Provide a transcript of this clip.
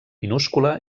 minúscula